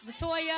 Latoya